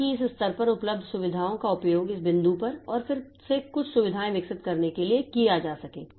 ताकि इस स्तर पर उपलब्ध सुविधाओं का उपयोग इस बिंदु पर और फिर से कुछ सुविधाएं विकसित करने के लिए किया जा सके